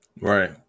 Right